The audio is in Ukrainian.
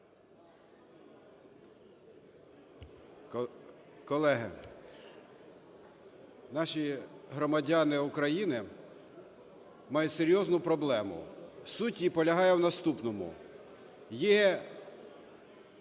Колеги, наші громадяни України мають серйозну проблему, суть її полягає в наступному. Є